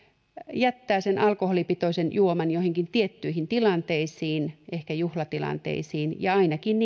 jättää sen alkoholipitoisen juoman joihinkin tiettyihin tilanteisiin ehkä juhlatilanteisiin tai ainakin